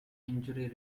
injury